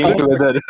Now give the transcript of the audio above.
together